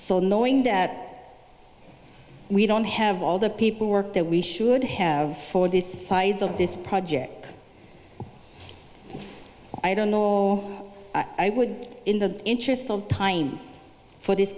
so knowing that we don't have all the people work that we should have for this size of this project i don't know all i would in the interest of time for this